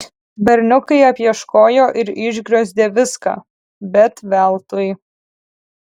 berniukai apieškojo ir išgriozdė viską bet veltui